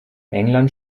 england